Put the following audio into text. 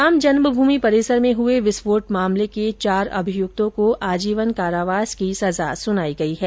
राम जन्मभूमि परिसर में हुए विस्फोट मामले के चार अभियुक्तों को आजीवन कारावास की सजा सुनाई गई है